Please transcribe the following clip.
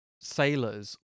sailors